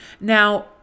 Now